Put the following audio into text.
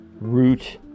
root